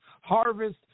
harvest